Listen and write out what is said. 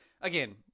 Again